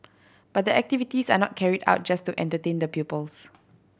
but the activities are not carried out just to entertain the pupils